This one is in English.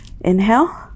Inhale